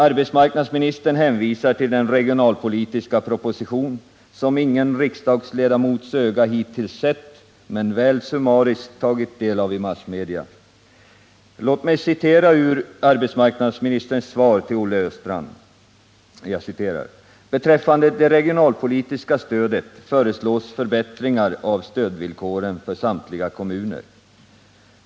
Arbetsmarknadsministern hänvisar till den regionalpolitiska proposition som ingen riksdagsledamot hittills sett med sina ögon men väl summariskt tagit del av i massmedia. Låt mig citera ur arbetsmarknadsministerns svar till Olle Östrand: ”Beträffande det regionalpolitiska stödet föreslås förbättringar av stödvillkoren för samtliga kommuner.